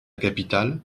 capitale